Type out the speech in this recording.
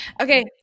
Okay